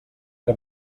que